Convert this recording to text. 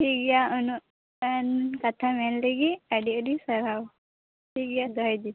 ᱴᱷᱤᱠᱜᱮᱭᱟ ᱩᱱᱟᱹᱜ ᱜᱟᱱ ᱠᱟᱛᱷᱟ ᱢᱮᱱ ᱞᱟᱹᱜᱤᱫ ᱟᱹᱰᱤ ᱟᱹᱰᱤ ᱥᱟᱨᱦᱟᱣ ᱴᱷᱤᱠᱜᱮᱭᱟ ᱫᱚᱦᱚᱭ ᱫᱟᱹᱧ